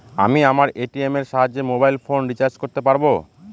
আমি আমার এ.টি.এম এর সাহায্যে মোবাইল ফোন রিচার্জ করতে পারব?